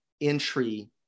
entry